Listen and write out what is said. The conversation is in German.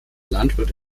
landwirt